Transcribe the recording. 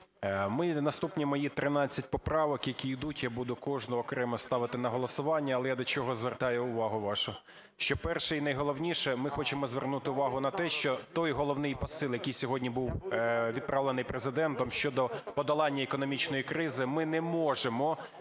ми наступні мої 13 поправок, які йдуть, я буду кожну окремо ставити на голосування. Але я до чого звертаю увагу вашу, що перше, і найголовніше, ми хочемо звернути увагу на те, що той головний посил, який сьогодні був відправлений Президентом щодо подолання економічної кризи, ми не можемо